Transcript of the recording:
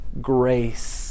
grace